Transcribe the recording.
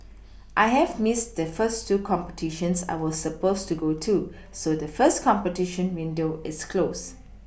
I have Missed the first two competitions I was supposed to go to so the first competition window is closed